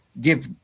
give